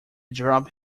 dropped